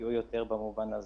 שנפגעו יותר במובן הזה.